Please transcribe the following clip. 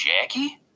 Jackie